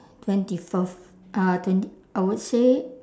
twenty fourth uh twent~ I would say